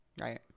right